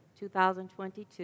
2022